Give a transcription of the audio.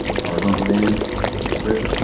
horizontal den that's it,